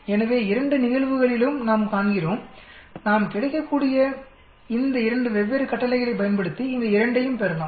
எனவே இரண்டு நிகழ்வுகளிலும் நாம் காண்கிறோம் நாம் கிடைக்கக்கூடிய இந்த 2 வெவ்வேறு கட்டளைகளைப் பயன்படுத்தி இந்த இரண்டையும் பெறலாம்